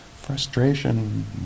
frustration